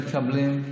מקבלים,